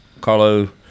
Carlo